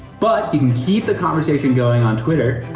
but you can keep the conversation going on twitter,